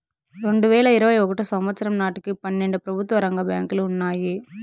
రెండువేల ఇరవై ఒకటో సంవచ్చరం నాటికి పన్నెండు ప్రభుత్వ రంగ బ్యాంకులు ఉన్నాయి